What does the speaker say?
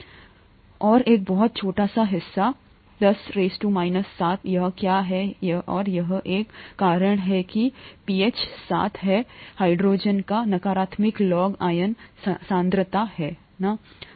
और एक बहुत छोटा हिस्सा १० 7 यह क्या है और यही कारण है कि पीएच 7 है हाइड्रोजन का नकारात्मक लॉग आयन सांद्रता है ना